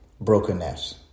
brokenness